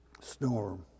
Storm